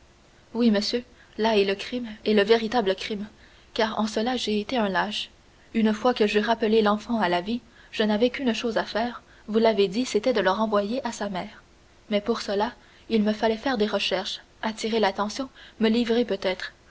oui monsieur là est le crime et le véritable crime car en cela j'ai été un lâche une fois que j'eus rappelé l'enfant à la vie je n'avais qu'une chose à faire vous l'avez dit c'était de le renvoyer à sa mère mais pour cela il me fallait faire des recherches attirer l'attention me livrer peut-être